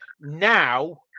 now